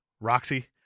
Roxy